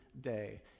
day